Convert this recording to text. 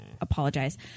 apologize